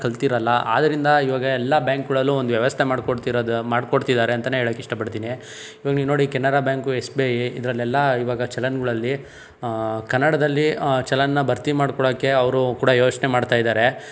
ಕಲ್ತಿರಲ್ಲ ಆದ್ದರಿಂದ ಇವಾಗ ಎಲ್ಲ ಬ್ಯಾಂಕ್ಗಳಲ್ಲೂ ಒಂದು ವ್ಯವಸ್ಥೆ ಮಾಡ್ಕೊಡ್ತಿರೋದು ಮಾಡ್ಕೊಡ್ತಿದ್ದಾರೆ ಅಂತನೇ ಹೇಳೋಕ್ಕಿಷ್ಟಪಡ್ತೀನಿ ಇವಾಗ ನೀವು ನೋಡಿ Canara bank S B I ಇದರಲ್ಲೆಲ್ಲ ಇವಾಗ ಚಲನ್ಗಳಲ್ಲಿ ಕನ್ನಡದಲ್ಲಿ ಚಲನನ್ನ ಭರ್ತಿ ಮಾಡ್ಕೊಳಕ್ಕೆ ಅವರೂ ಕೂಡ ಯೋಚನೆ ಮಾಡ್ತಾ ಇದ್ದಾರೆ